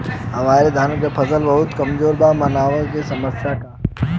हमरे धान क फसल बहुत कमजोर मनावत ह समस्या का ह?